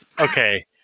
Okay